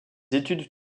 études